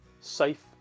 safe